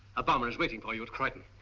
a bomber is waiting for you at creighton.